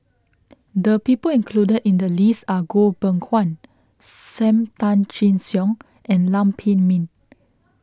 the people included in the list are Goh Beng Kwan Sam Tan Chin Siong and Lam Pin Min